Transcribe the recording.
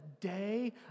day